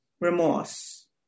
remorse